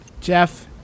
Jeff